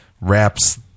wraps